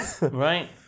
right